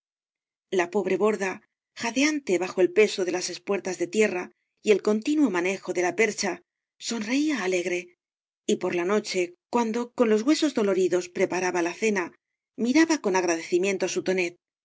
la pobre borda jadeante bajo el peso de las espuertas de tierra y el continuo manejo de la percha sonreía alegre y por la noche cuando con los huesos doloridos preparaba la cena miraba con agradecimiento á bu tonet